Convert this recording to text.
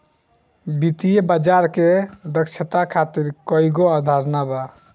वित्तीय बाजार के दक्षता खातिर कईगो अवधारणा बा